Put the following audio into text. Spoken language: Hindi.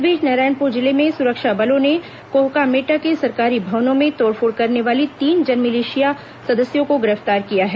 इस बीच नारायणपुर जिले में सुरक्षा बलों ने कोहकामेटा के सरकारी भवनों में तोड़फोड़ करने वाले तीन जनमिलिशिया सदस्यों को गिरफ्तार किया है